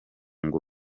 ngo